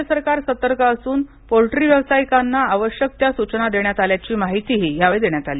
राज्यसरकार सतर्क असून पोल्ट्रीव्यावसायीकाना आवश्यक त्या सूचना देण्यात आल्याची माहिती हि यावेळी देण्यात आली